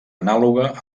anàloga